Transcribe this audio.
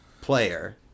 player